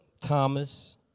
Thomas